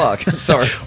Sorry